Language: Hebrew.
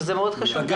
שזה מאוד חשוב.